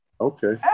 Okay